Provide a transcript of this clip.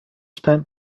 spent